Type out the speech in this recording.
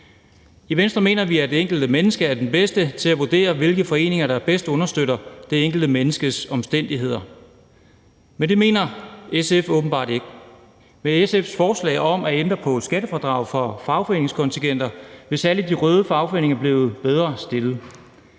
I Venstre mener vi, at det enkelte menneske er bedst til at vurdere, hvilke foreninger der bedst understøtter det enkelte menneskes omstændigheder. Men det mener SF åbenbart ikke. Med SF's forslag om at ændre på skattefradraget for fagforeningskontingenter vil særlig de røde fagforeninger blive bedre stillet,